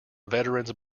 veterans